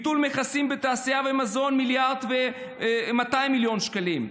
ביטול מכסים בתעשייה ומזון 1.2 מיליארד שקלים,